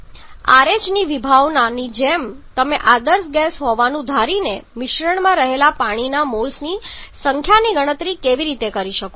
RH ની વિભાવનાની જેમ તમે આદર્શ ગેસ હોવાનું ધારીને મિશ્રણમાં રહેલા પાણીના મોલ્સની સંખ્યાની ગણતરી કેવી રીતે કરી શકો છો